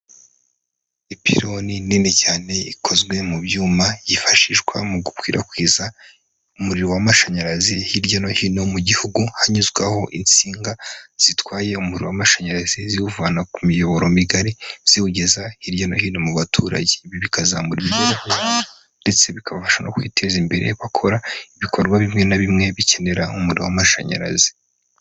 Ipironi nini cyane ikozwe mu byuma, yifashishwa mu gukwirakwiza umuriro w'amashanyarazi hirya no hino mu gihugu, hanyuzwaho insinga zitwaye umuriro w'amashanyarazi ziwuvana ku miyoboro migari ziwugeza hirya no hino mu baturage, bikazamura ndetse bikabafasha no kwiteza imbere, bakora ibikorwa bimwe na bimwe bikenera umuriro w'amashanyarazi.